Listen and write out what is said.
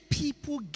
people